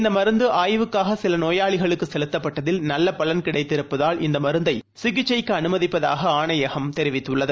இந்தமருந்துஆய்வுக்காகசிலநோயாளிகளுக்குசெலுத்தப்பட்டதில் நல்லபலன் கிடைத்திருப்பதால் இந்தமருந்தைசிகிச்சைக்குஅனுமதிப்பதாகஆணையகம் தெரிவித்துள்ளது